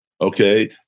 Okay